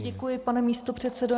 Děkuji, pane místopředsedo.